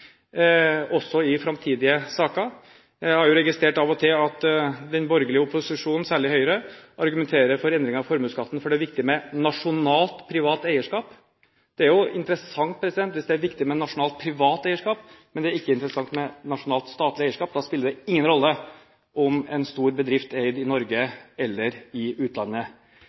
også i framtidige saker. Jeg har av og til registrert at den borgerlige opposisjonen, særlig Høyre, argumenterer for endringer av formuesskatten fordi det er viktig med nasjonalt, privat eierskap. Det er jo interessant hvis det er viktig med nasjonalt, privat eierskap, men ikke interessant med nasjonalt, statlig eierskap – da spiller det ingen rolle om en stor bedrift er i Norge eller i utlandet.